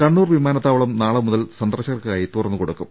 കണ്ണൂർ വിമാനത്താവളം നാളെ മുതൽ സന്ദർശകർക്കായി തുറന്ന് കൊടുക്കും